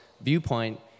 viewpoint